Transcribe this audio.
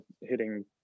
hitting